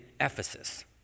Ephesus